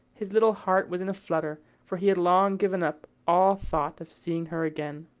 his little heart was in a flutter, for he had long given up all thought of seeing her again.